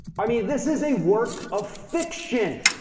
i mean this is a work of fiction.